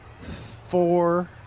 four